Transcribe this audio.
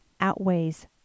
outweighs